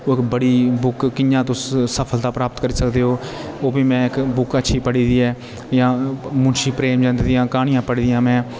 ओह् इक बुक तुस किं जे सफलता प्राप्त करी सकदे ओह् बी मै इक बुक च पढ़ी दी ऐ मुंशी प्रेम चंद दी कहानियां पढ़ी दियां मै